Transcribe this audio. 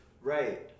right